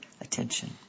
attention